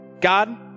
God